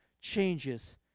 changes